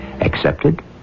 accepted